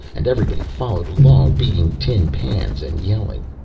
and everybody followed along, beating tin pans and yelling.